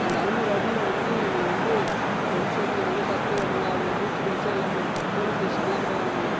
அந்த ஐநூறு அடியில வந்து இவன் வந்து ஃப்ரெண்ட்ஸ் வந்து எவ்வளோ கத்துவானுங்க அவன் மூச்சு பேச்சே இல்லாமல் இருப்பான் போலீஸ் ஸ்டேஷன் எல்லாம் போவானுங்க